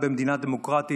במדינה דמוקרטית,